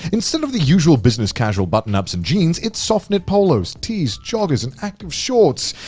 instead of the usual business, casual button-ups and jeans, it's soft knit polos, tees, joggers, an active shorts.